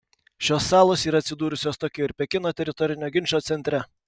šios salos yra atsidūrusios tokijo ir pekino teritorinio ginčo centre